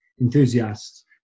enthusiasts